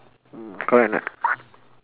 mm correct or not